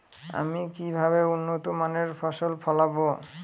আমি কিভাবে উন্নত মানের ফসল ফলাব?